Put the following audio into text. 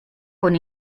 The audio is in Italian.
con